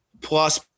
plus